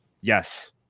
Yes